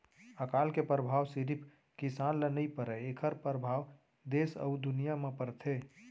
अकाल के परभाव सिरिफ किसान ल नइ परय एखर परभाव देस अउ दुनिया म परथे